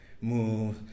move